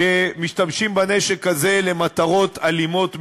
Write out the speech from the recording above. שמשתמשים בנשק הזה למטרות אלימות מאוד.